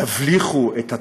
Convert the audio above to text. תבליחו את הטוב,